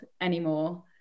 anymore